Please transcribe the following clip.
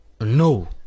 No